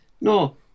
No